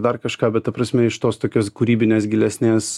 dar kažką bet ta prasme iš tos tokios kūrybinės gilesnės